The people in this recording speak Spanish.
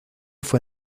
fue